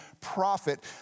prophet